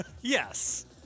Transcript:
Yes